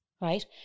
right